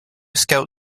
scout